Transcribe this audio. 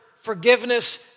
forgiveness